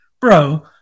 bro